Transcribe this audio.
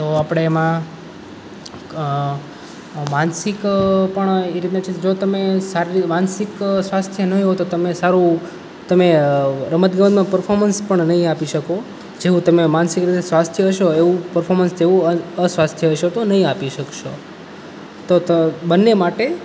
તો આપણે એમાં માનસિક પણ એ રીતનાં છે જો તમે માનસિક સ્વાસ્થ્ય નહીં હોય તો તમે સારું તમે રમત ગમતમાં પરફોર્મન્સ પણ નહીં આપી શકો જેવું તમે માનસિક રીતે સ્વસ્થ હશો એવું પરફોર્મન્સ એવું અસ્વસ્થ હશો તો નહીં આપી શકશો તો તો બંને માટે